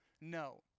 no